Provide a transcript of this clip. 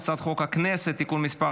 הצעת חוק הכנסת (תיקון מס'